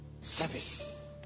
Service